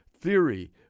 theory